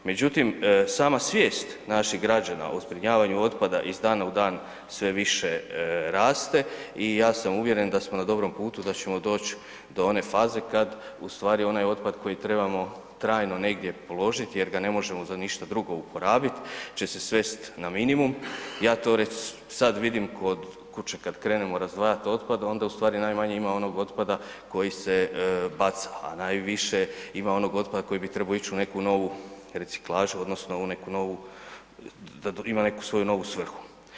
Međutim, sama svijest naših građana o zbrinjavanju otpada iz dana u dan sve više raste i ja sam uvjeren da smo na dobrom putu, da ćemo doći do one faze kad ustvari onaj otpad koji trebamo trajno negdje položiti jer ga ne možemo za ništa drugo uporabiti će se svesti na minimum, ja to već sad vidim kod kuće, kad krenemo razdvajati otpad, onda ustvari najmanje ima onog otpada koji se baca, a najviše ima onog otpada koji bi trebao ići u neku novu reciklažu odnosno u neku novu, da ima neku svoju novu svrhu.